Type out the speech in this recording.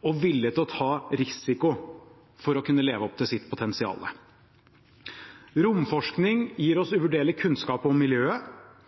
og vilje til å ta risiko for å kunne leve opp til sitt potensial. Romforskning gir oss uvurderlig kunnskap om miljøet.